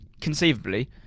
conceivably